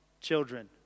children